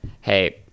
hey